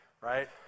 right